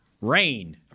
Rain